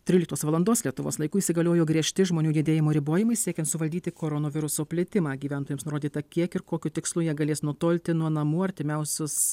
tryliktos valandos lietuvos laiku įsigaliojo griežti žmonių judėjimo ribojimai siekiant suvaldyti koronaviruso plitimą gyventojams nurodyta kiek ir kokiu tikslu jie galės nutolti nuo namų artimiausius